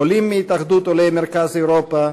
עולים מהתאחדות עולי מרכז אירופה,